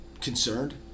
concerned